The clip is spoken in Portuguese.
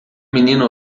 menino